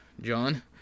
John